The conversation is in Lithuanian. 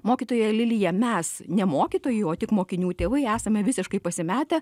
mokytoja lilija mes ne mokytojų o tik mokinių tėvai esame visiškai pasimetę